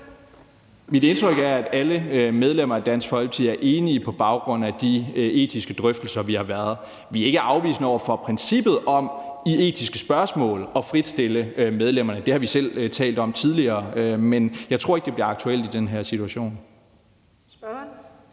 Mit indtryk er, at alle medlemmer af Dansk Folkeparti er enige på baggrund af de etiske drøftelser, vi har haft. Vi er ikke afvisende over for princippet om i etiske spørgsmål at fritstille medlemmerne – det har vi selv talt om tidligere – men jeg tror ikke, det bliver aktuelt i den her situation.